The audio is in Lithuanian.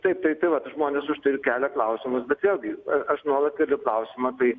taip tai tai vat žmonės už tai ir kelia klausimus bet vėlgi aš nuolat keliu klausimą tai